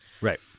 Right